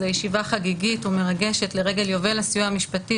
זו ישיבה חגיגית ומרגשת לרגל יובל הסיוע המשפטי,